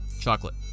Chocolate